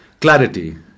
Clarity